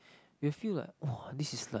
you feel like !wow! this is like